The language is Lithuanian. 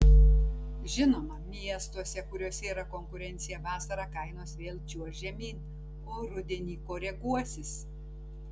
žinoma miestuose kuriuose yra konkurencija vasarą kainos vėl čiuoš žemyn o rudenį koreguosis